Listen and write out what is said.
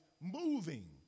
moving